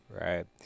Right